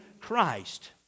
Christ